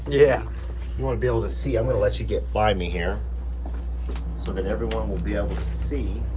yeah. you wanna be able to see i'm gonna let you get by me here so that everyone will be able to see